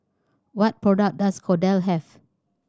what product does Kordel have